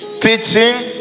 teaching